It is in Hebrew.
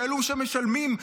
שאלו שמשלמים,